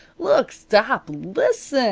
look, stop, listen!